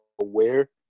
aware